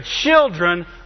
children